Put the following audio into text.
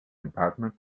department